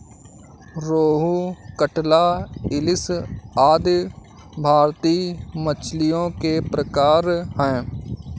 रोहू, कटला, इलिस आदि भारतीय मछलियों के प्रकार है